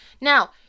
Now